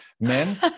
Men